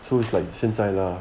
so it's like 现在 lah